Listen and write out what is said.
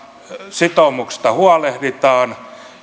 sitoumuksista huolehditaan